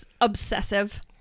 obsessive